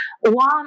One